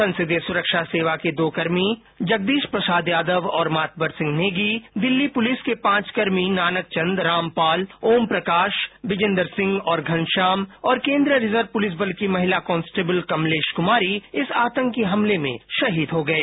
संसदीय सुरक्षा सेवा के दो कर्मी जगदीश प्रसाद यादव और मातवर सिंह नेगी दिल्ली पुलिस के पांच कर्मी नानक चंद रामपाल ओमप्रकाश विजेन्दर सिंह और घनश्याम और केन्द्रीय रिजर्व पुलिस बल की महिला कांस्टेबल कमलेश कुमारी इस आतंकी हमले में शहीद हो गए